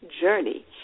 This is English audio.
journey